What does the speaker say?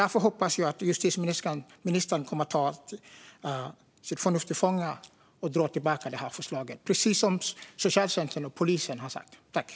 Därför hoppas jag att justitieministern kommer att ta sitt förnuft till fånga och dra tillbaka det här förslaget, precis som socialtjänsten och polisen vill.